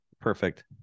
perfect